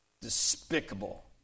Despicable